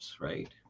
right